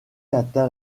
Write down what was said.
atteint